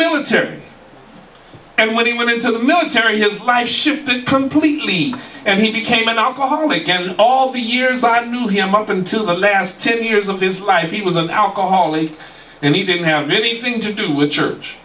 military and when he went into the military his life shifted completely and he became an alcoholic and all the years i knew him up until the last ten years of his life he was an alcoholic and he didn't have anything to do with church